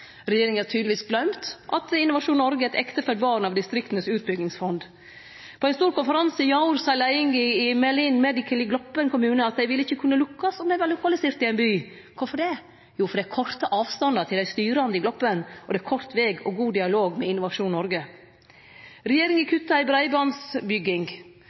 Regjeringa har tydelegvis gløymt at Innovasjon Noreg er eit ektefødd barn av Distriktenes Utbyggingsfond. På ein stor konferanse i år sa leiinga i Melin Medical i Gloppen kommune at dei ikkje ville lukkast om dei var lokalisert i ein by. Kvifor? Jo, fordi det er korte avstandar til dei styrande i Gloppen, og det er kort veg og god dialog med Innovasjon Noreg. Regjeringa